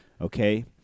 okay